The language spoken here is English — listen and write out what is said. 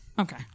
Okay